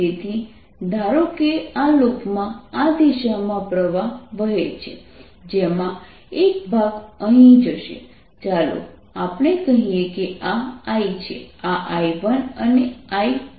તેથી ધારો કે આ લૂપમાં આ દિશામાં પ્રવાહ વહે છે જેમાં એક ભાગ અહીં જશે ચાલો આપણે કહીએ કે આ I છે આ I1 અને I2 છે